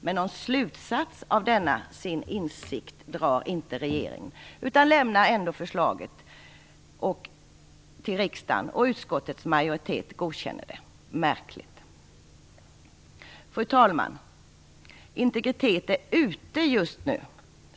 Men någon slutsats av denna sin insikt drar inte regeringen utan lämnar ändå förslaget till riksdagen, och utskottets majoritet godkänner det. Märkligt! Fru talman! Integritet är ute just nu.